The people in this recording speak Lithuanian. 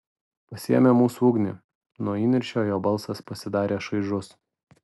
pasiėmė mūsų ugnį nuo įniršio jo balsas pasidarė šaižus